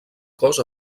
cos